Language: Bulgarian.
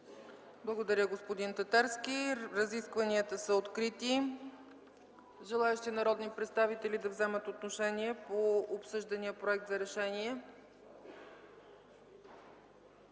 Благодаря, господин Татарски. Разискванията са открити. Има ли желаещи народни представители да вземат отношение по обсъждания проект за решение?